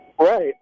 Right